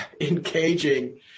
engaging